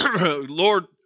Lord